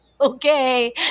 okay